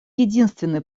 единственный